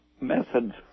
methods